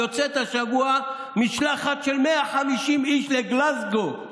יוצאת השבוע משלחת של 150 איש לגלזגו.